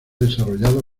desarrollado